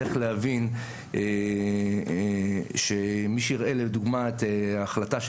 צריך להבין שמי שיראה לדוגמה את ההחלטה של